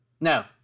no